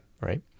right